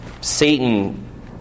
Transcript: Satan